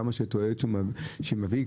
כמה תועלת הוא מביא,